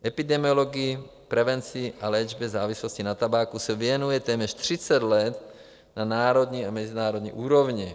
Epidemiologii, prevenci a léčbě závislosti na tabáku se věnuje téměř 30 let na národní a mezinárodní úrovni.